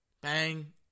Bang